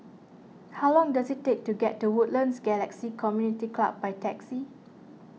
how long does it take to get to Woodlands Galaxy Community Club by taxi